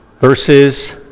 verses